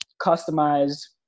customized